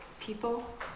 people